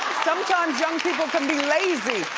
sometimes young people can be lazy.